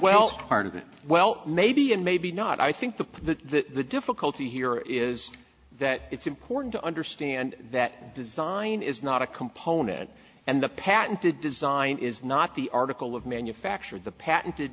well part of it well maybe and maybe not i think the difficulty here is that it's important to understand that design is not a component and the patented design is not the article of manufacture the patented